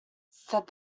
said